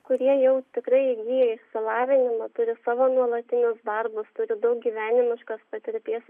kurie jau tikrai įgiję išsilavinimą turi savo nuolatinius darbus turi daug gyvenimiškos patirties